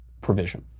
provision